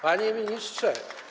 Panie Ministrze!